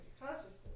Consciousness